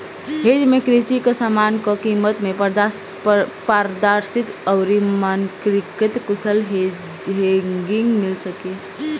hedge में कृषि कअ समान कअ कीमत में पारदर्शिता अउरी मानकीकृत कुशल हेजिंग मिल सके